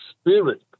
spirit